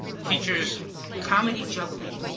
features comedy juggling.